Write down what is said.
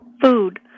Food